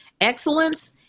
Excellence